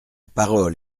parole